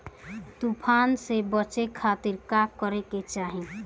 तूफान से बचे खातिर का करे के चाहीं?